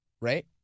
right